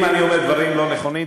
אם אני אומר דברים לא נכונים,